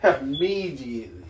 Immediately